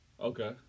Okay